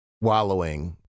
wallowing